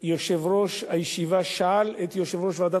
יושב-ראש הישיבה שאל את יושב-ראש ועדת